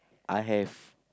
I have